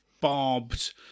barbed